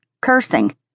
cursing